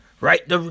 Right